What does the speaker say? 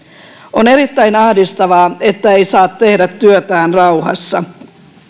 on erittäin ahdistavaa että ei saa tehdä työtään rauhassa